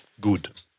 good